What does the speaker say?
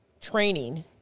training